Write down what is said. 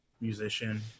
musician